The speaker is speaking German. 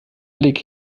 blick